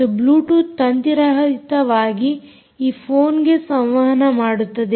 ಮತ್ತು ಬ್ಲೂಟೂತ್ ತಂತಿರಹಿತವಾಗಿ ಈ ಫೋನ್ಗೆ ಸಂವಹನ ಮಾಡುತ್ತದೆ